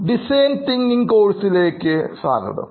design thinking കോഴ്സിലേക്ക് സ്വാഗതം